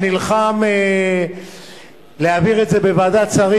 שנלחם להעביר את זה בוועדת שרים.